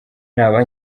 naba